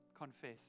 Confess